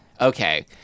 okay